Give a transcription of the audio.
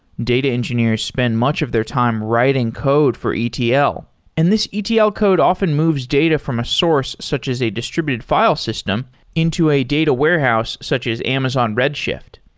data engineers spend much of their time writing code for etl, and this etl code often moves data from a source such as a distributed file system into a data warehouse such as amazon redshift.